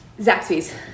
Zaxby's